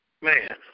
man